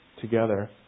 together